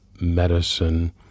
medicine